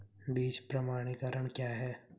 बीज प्रमाणीकरण क्या है?